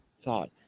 thought